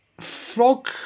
Frog